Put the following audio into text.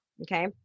okay